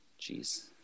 Jeez